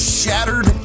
shattered